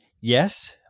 yes